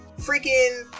freaking